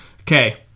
Okay